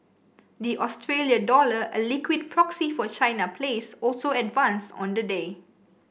the Australia dollar a liquid proxy for China plays also advanced on the day